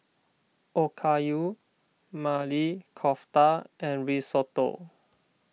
Okayu Maili Kofta and Risotto